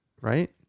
right